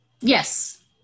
Yes